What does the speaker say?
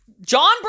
John